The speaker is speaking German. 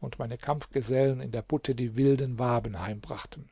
und meine kampfgesellen in der butte die wilden waben heimbrachten